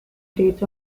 states